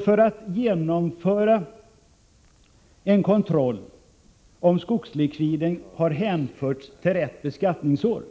Fär att man skall kunna kontrollera om skogslikviden i fråga hänförts till rätt beskattningsår,